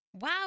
Wow